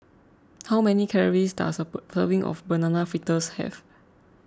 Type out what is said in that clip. how many calories does a serving of Banana Fritters have